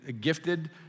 gifted